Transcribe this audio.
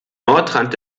nordrand